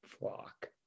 flock